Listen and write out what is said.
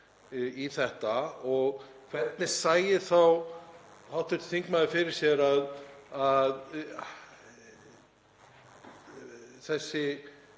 í þetta? Hvernig sæi þá hv. þingmaður fyrir sér að þessi